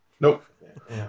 Nope